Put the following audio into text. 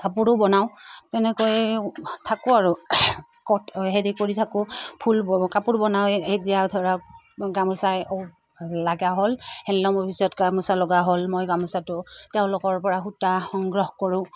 কাপোৰো বনাওঁ তেনেকৈ থাকোঁ আৰু হেৰি কৰি থাকোঁ ফুল কাপোৰ বনাওঁ এতিয়া ধৰক গামোচাই লগা হ'ল হেলল'ম অফিচত গামোচা লগা হ'ল মই গামোচাটো তেওঁলোকৰপৰা সূতা সংগ্ৰহ কৰোঁ